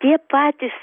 tie patys